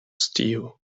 steel